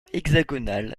hexagonal